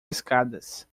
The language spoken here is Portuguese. escadas